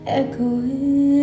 echoing